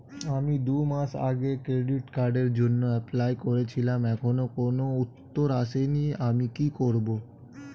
আমি দুমাস আগে ক্রেডিট কার্ডের জন্যে এপ্লাই করেছিলাম এখনো কোনো উত্তর আসেনি আমি কি করব?